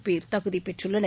பேர் தகுதிபெற்றுள்ளனர்